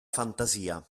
fantasia